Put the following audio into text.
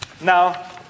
Now